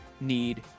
need